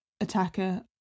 attacker